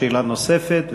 שאלה נוספת,